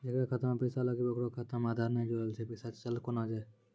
जेकरा खाता मैं पैसा लगेबे ओकर खाता मे आधार ने जोड़लऽ छै पैसा चल कोना जाए?